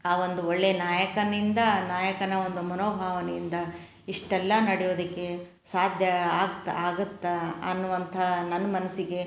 ಆ ಒಂದು ಒಳ್ಳೆಯ ನಾಯಕನಿಂದ ನಾಯಕನ ಒಂದು ಮನೋಭಾವನೆಯಿಂದ ಇಷ್ಟೆಲ್ಲ ನಡೆಯೋದಕ್ಕೆ ಸಾಧ್ಯ ಆಗ್ತಾ ಆಗುತ್ತೆ ಅನ್ನುವಂತಹ ನನ್ನ ಮನಸ್ಸಿಗೆ